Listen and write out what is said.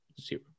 Zero